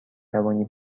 توانی